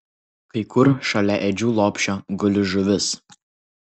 kai kur šalia ėdžių lopšio guli žuvis